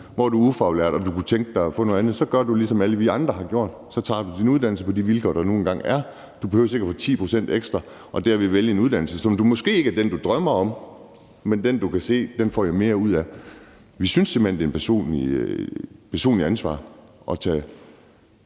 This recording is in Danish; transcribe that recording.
hvor du er ufaglært og du kunne tænke dig at få noget andet, så gør du, ligesom alle vi andre har gjort, og tager din uddannelse på de vilkår, der nu engang er. Du behøver ikke at få 10 pct. ekstra og derved vælge en uddannelse, som måske ikke er den, du drømmer om, men den, du kan se du får mere ud af. Vi synes simpelt hen, det er et personligt ansvar at tage